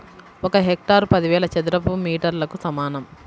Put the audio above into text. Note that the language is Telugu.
ఒక హెక్టారు పదివేల చదరపు మీటర్లకు సమానం